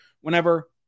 Whenever